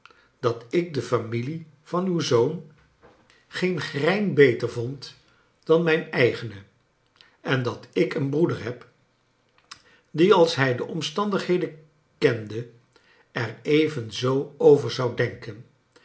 dat ik de familie van uw zoon geen grein beter vond dan mijn eigene en dat ik een broeder heb die als hij de omstandigheden kende er evenzoo over zou denken